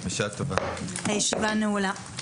הישיבה נעולה.